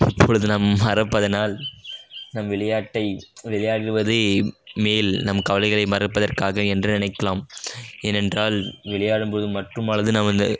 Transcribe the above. இப்பொழுது நாம் மறப்பதனால் நம் விளையாட்டை விளையாடுவதே மேல் நம் கவலைகளை மறப்பதற்காக என்று நினைக்கலாம் ஏனென்றால் விளையாடும்போது மட்டுமாவது நாம் வந்து